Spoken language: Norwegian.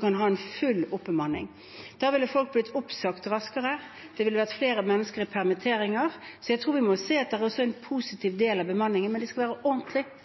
kan ha full oppbemanning. Da ville folk blitt raskere oppsagt, og det ville vært flere permitterte mennesker. Jeg tror vi må se at det også er en positiv side ved bemanningsbyråene, men det skal være ordentlig